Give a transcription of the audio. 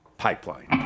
pipeline